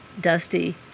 dusty